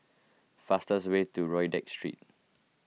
faster way to Rodyk Street